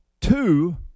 two